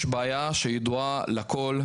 יש בעיה שידועה לכל,